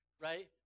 right